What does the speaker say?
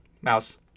Mouse